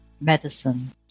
medicine